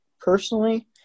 personally